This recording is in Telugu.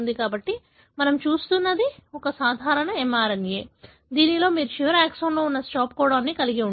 కాబట్టి మనము చూస్తున్నది ఒక సాధారణ mRNA దీనిలో మీరు చివరి ఎక్సాన్లో ఉన్న స్టాప్ కోడాన్ కలిగి ఉంటారు